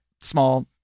small